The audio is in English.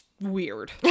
weird